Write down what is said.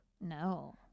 No